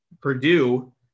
Purdue